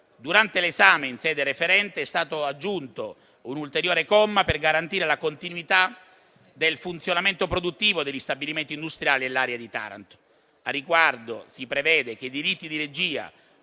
Durante l'esame in sede referente è stato aggiunto un ulteriore comma per garantire la continuità del funzionamento produttivo degli stabilimenti industriali nell'area di Taranto. Al riguardo si prevede che i diritti di regia